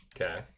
Okay